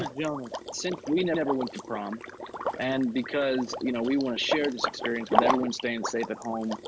you know since we never went to prom and because you know we want to share this experience with everyone staying safe at home,